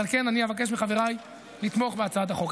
על כן אבקש מחבריי לתמוך בהצעת החוק.